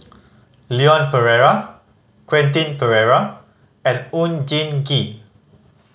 Leon Perera Quentin Pereira and Oon Jin Gee